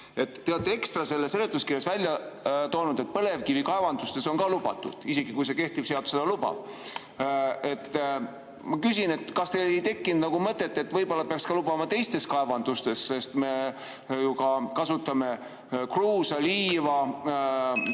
olete ekstra selle seletuskirjas välja toonud, et põlevkivikaevandustes on ka lubatud, kuigi kui ka kehtiv seadus seda lubab. Ma küsin, kas teil ei tekkinud mõtet, et võib-olla peaks lubama ka teistes kaevandustes. Me ju kasutame ka kruusa, liiva